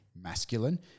masculine